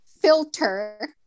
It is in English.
filter